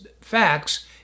facts